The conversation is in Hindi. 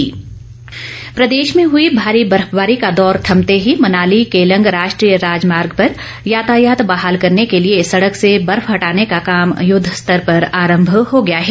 मौसम प्रदेश में हई भारी बर्फबारी का दौर थमते ही मनाली केलंग राष्ट्रीय राजमार्ग पर यातायात बहाल करने के लिए सड़क से बर्फ हटाने का काम युद्ध स्तर पर आरंभ हो गया है